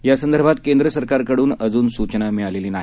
यासंदर्भात केंद्र सरकारकडून अजून सूचना मिळालेली नाही